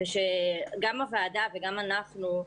גם הוועדה וגם אנחנו,